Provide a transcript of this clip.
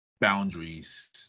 boundaries